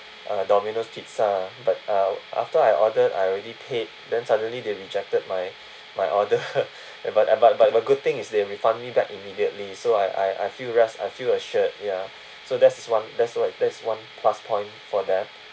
uh domino's pizza but uh after I ordered I already paid then suddenly they rejected my my order but but but good thing is they refund me back immediately so I I I feel rest I feel assured ya so that's one that's one that's one plus point for them